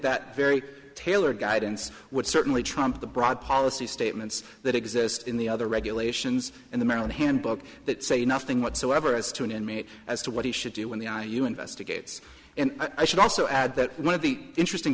that very tailored guidance would certainly trump the broad policy statements that exist in the other regulations in the maryland handbook that say nothing whatsoever as to an inmate as to what he should do when the i u investigates and i should also add that one of the interesting